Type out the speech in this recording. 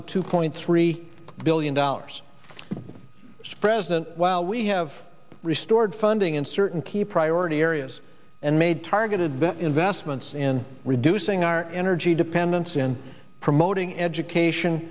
of two point three billion dollars spread and while we have restored funding in certain key priority areas and made targeted better investments in reducing our energy dependence and promoting education